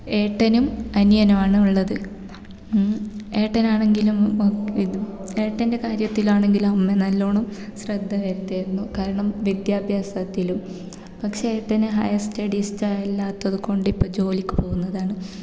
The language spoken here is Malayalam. ഏട്ടനും അനിയനും ആണ് ഉള്ളത് ഏട്ടനാണെങ്കിലും ഇത് ഏട്ടൻ്റെ കാര്യത്തിലാണെങ്കിലും അമ്മ നല്ലവണ്ണം ശ്രദ്ധ വരുത്തിയിരുന്നു കാരണം വിദ്യാഭ്യാസത്തിലും പക്ഷേ ഏട്ടന് ഹയർ സ്റ്റഡീസ് ഇഷ്ടമില്ലാത്തതു കൊണ്ട് ഇപ്പോൾ ജോലിക്ക് പോകുന്നതാണ്